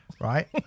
Right